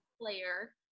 player